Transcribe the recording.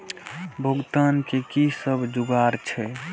भुगतान के कि सब जुगार छे?